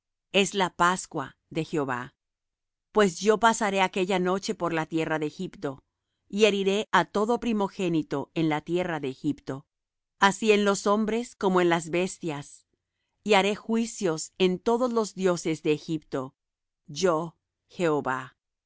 es la pascua de jehová pues yo pasaré aquella noche por la tierra de egipto y heriré á todo primogénito en la tierra de egipto así en los hombres como en las bestias y haré juicios en todos los dioses de egipto yo jehova y